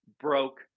broke